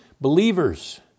believers